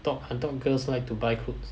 I thought I thought girls like to buy clothes